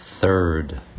third